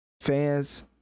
fans